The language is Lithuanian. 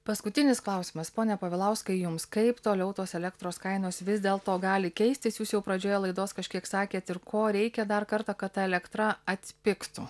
paskutinis klausimas pone povilauskai jums kaip toliau tos elektros kainos vis dėl to gali keistis jūs jau pradžioje laidos kažkiek sakėt ir ko reikia dar kartą kad elektra atpigtų